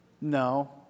no